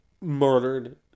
Murdered